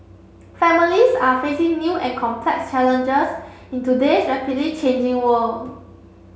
families are facing new and complex challenges in today's rapidly changing world